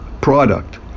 product